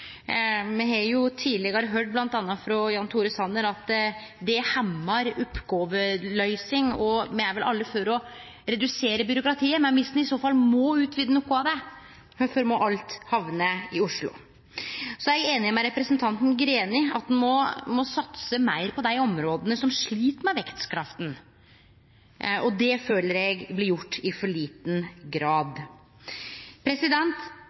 Me har tidlegare høyrt m.a. frå Jan Tore Sanner at det hemmar oppgåveløysinga, og me er vel alle for å redusere byråkratiet, men dersom ein i så fall må utvide noko av det, kvifor må alt hamne i Oslo. Så er eg einig med representanten Greni i at ein må satse meir på dei områda som slit med vekstkrafta, og det føler eg blir gjort i for liten grad.